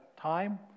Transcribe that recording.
time